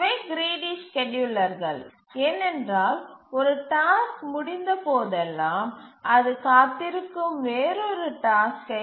இவை கிரீடி ஸ்கேட்யூலர்கள் ஏனென்றால் ஒரு டாஸ்க் முடிந்த போதெல்லாம் அது காத்திருக்கும் வேறொரு டாஸ்க்கை